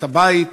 את הבית,